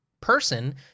person